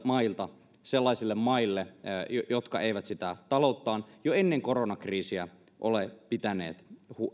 mailta sellaisille maille jotka eivät sitä talouttaan jo ennen koronakriisiä ole pitäneet